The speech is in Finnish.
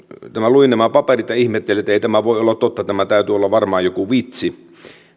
luin nämä paperit ja ihmettelin että ei tämä voi olla totta tämän täytyy olla varmaan joku vitsi